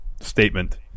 statement